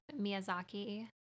Miyazaki